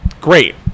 Great